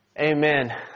Amen